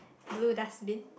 blue dustbin